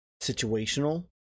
situational